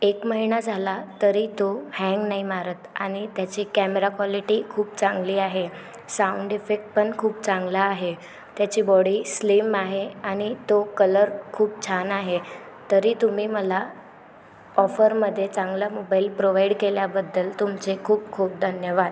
एक महिना झाला तरी तो हॅन्ग नाही मारत आणि त्याची कॅमेरा क्वालिटी खूप चांगली आहे साऊंड इफेक्ट पण खूप चांगला आहे त्याची बॉडी स्लिम आहे आणि तो कलर खूप छान आहे तरी तुम्ही मला ऑफरमधे चांगला मोबाईल प्रोवाइड केल्याबद्दल तुमचे खूप खूप धन्यवाद